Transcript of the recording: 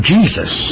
Jesus